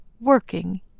working